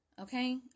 Okay